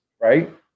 right